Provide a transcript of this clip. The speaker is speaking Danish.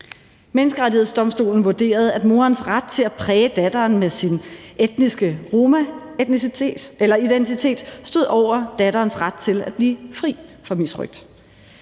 Menneskerettighedsdomstolen vurderede, at morens ret til at præge datteren med sin etniske romaidentitet stod over datterens ret til at blive fri for misrøgt.